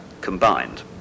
combined